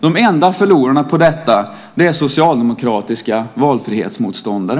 De enda förlorarna på detta är socialdemokratiska valfrihetsmotståndare.